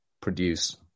produce